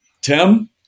Tim